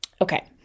Okay